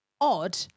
odd